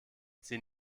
sie